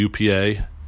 UPA